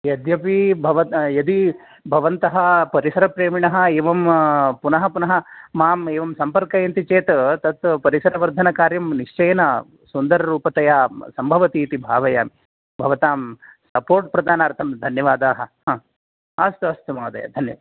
यद्यपि भवत् यदि भवन्तः परिसरप्रेमिणः एवं पुनः पुनः माम् एवं सम्पर्कयन्ति चेत् तत् परिसरवर्धनकार्यं निश्चयेन सुन्दररूपतया सम्भवति इति भावयामि भवतां सपोर्ट् प्रदानार्थं धन्यवादाः अस्तु अस्तु महोदय धन्य